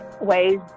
ways